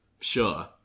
Sure